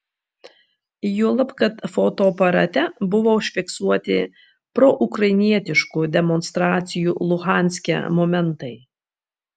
juolab kad fotoaparate buvo užfiksuoti proukrainietiškų demonstracijų luhanske momentai